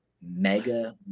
mega